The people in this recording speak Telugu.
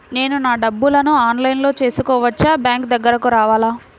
నేను నా డబ్బులను ఆన్లైన్లో చేసుకోవచ్చా? బ్యాంక్ దగ్గరకు రావాలా?